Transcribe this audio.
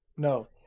No